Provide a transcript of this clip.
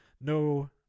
no